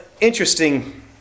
interesting